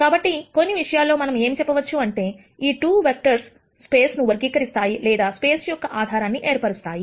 కాబట్టి కొన్ని విషయాల్లో మనం ఏం చెప్పవచ్చు అంటే ఈ 2 వెక్టర్స్ స్పేస్ ను వర్గీకరిస్తాయి లేదా స్పేస్ యొక్క ఆధారాన్ని ఏర్పరుస్తాయి